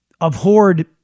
abhorred